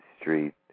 street